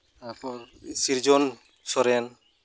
ᱛᱟᱯᱚᱨ ᱥᱨᱤᱡᱚᱱ ᱥᱚᱨᱮᱱ